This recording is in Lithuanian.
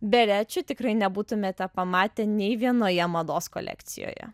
berečių tikrai nebūtumėte pamatę nei vienoje mados kolekcijoje